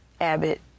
Abbott